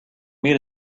meet